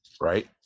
Right